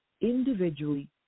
individually